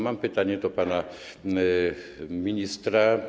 Mam pytanie do pana ministra.